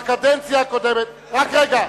בקדנציה הקודמת, רק רגע.